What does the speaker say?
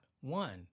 one